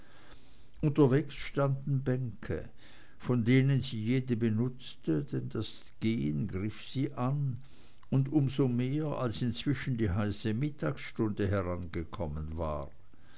unterwegs standen bänke von denen sie jede benutzte denn das gehen griff sie an und um so mehr als inzwischen die heiße mittagsstunde herangekommen war